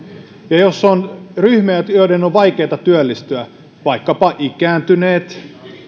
jos on ryhmiä joiden on vaikeata työllistyä vaikkapa ikääntyneet